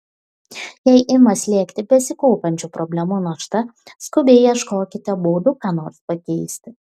jei ima slėgti besikaupiančių problemų našta skubiai ieškokite būdų ką nors pakeisti